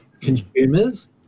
consumers